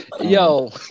yo